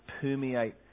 permeate